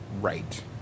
right